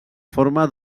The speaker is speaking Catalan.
forma